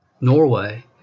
Norway